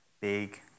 big